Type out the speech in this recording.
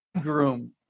groom